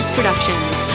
Productions